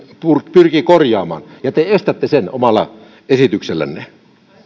pyrkii korjaamaan ja te estätte sen omalla esityksellänne